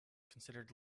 considered